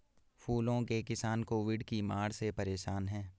फूलों के किसान कोविड की मार से परेशान है